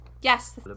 yes